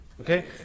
Okay